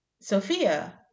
Sophia